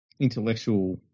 intellectual